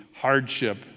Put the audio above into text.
hardship